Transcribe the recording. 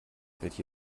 welche